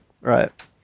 right